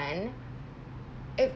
plan it